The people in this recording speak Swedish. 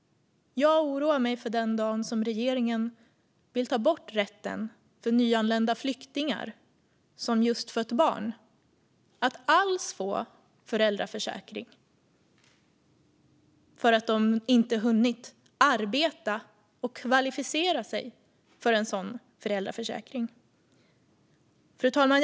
Jag oroar mig för den dagen som regeringen vill ta bort rätten för nyanlända flyktingar som just fött barn att alls få ta del av föräldraförsäkringen därför att de inte har hunnit arbeta och kvalificera sig för en sådan försäkring. Fru talman!